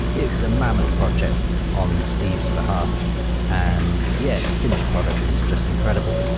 it was a mammoth project on steve's behalf and, yeah, the finished product is just incredible.